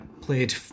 played